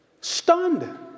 Stunned